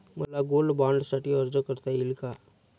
मला गोल्ड बाँडसाठी अर्ज करता येईल का?